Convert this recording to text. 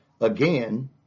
again